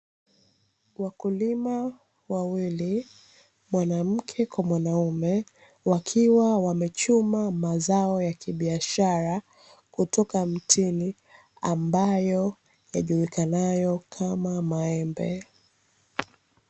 Wakulima wawili, wanamke kwa mwanaume, wakiwa wamechuma mazao ya kibiashara kutoka mtini, ambayo iliyekana nayo kama maembe.